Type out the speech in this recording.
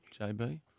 JB